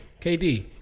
KD